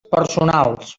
personals